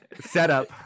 setup